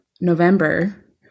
November